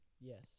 Yes